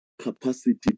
capacity